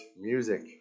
music